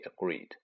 agreed